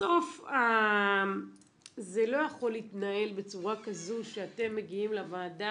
בסוף זה לא יכול להתנהל בצורה כזו שאתם מגיעים לוועדה